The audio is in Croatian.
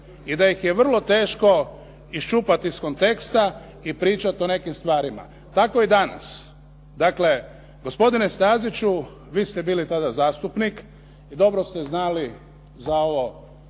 I da ih je vrlo teško iščupati iz konteksta i pričati o nekim stvarima. Tako i danas. Dakle, gospodine Staziću vi ste tada bili zastupnik i dobro ste znali za ovo